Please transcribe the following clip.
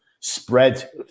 spread